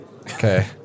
Okay